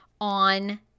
on